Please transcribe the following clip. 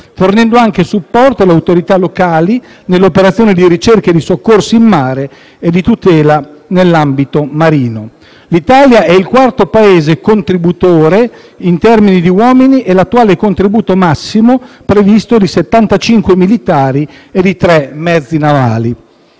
fornendo anche supporto alle autorità locali nelle operazioni di ricerca e soccorso in mare e di tutela nell'ambito marino. L'Italia è il quarto Paese contributore in termini di uomini e l'attuale contributo massimo previsto è di 75 militari e tre mezzi navali.